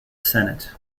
senate